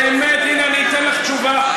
באמת, הינה, אני אתן לך תשובה.